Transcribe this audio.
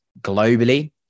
Globally